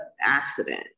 accident